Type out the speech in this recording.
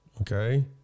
Okay